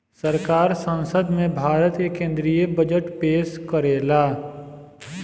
सरकार संसद में भारत के केद्रीय बजट पेस करेला